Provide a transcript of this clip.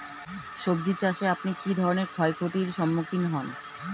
সবজী চাষে আপনি কী ধরনের ক্ষয়ক্ষতির সম্মুক্ষীণ হন?